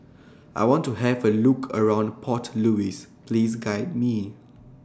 I want to Have A Look around Port Louis Please Guide Me